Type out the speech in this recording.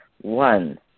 One